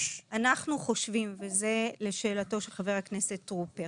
אנחנו חושבים וזה לשאלתו של חבר הכנסת טרופר